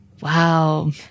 Wow